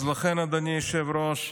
לכן, אדוני היושב-ראש,